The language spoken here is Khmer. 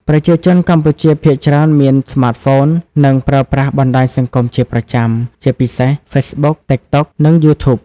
ប្រជាជនកម្ពុជាភាគច្រើនមានស្មាតហ្វូន និងប្រើប្រាស់បណ្ដាញសង្គមជាប្រចាំ ជាពិសេស ហ្វេកប៊ុក តិកតុក និងយូធូប។